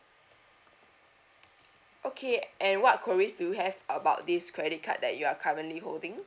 okay and what queries do you have about this credit card that you are currently holding